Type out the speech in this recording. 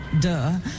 duh